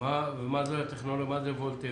מה זה ה-VoLTE?